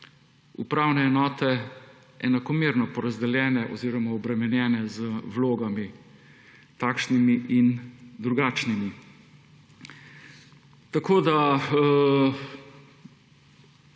upravne enote enakomerno porazdeljene oziroma obremenjene z vlogami, takšnimi in drugačnimi. Tako